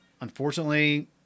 Unfortunately